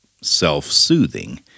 self-soothing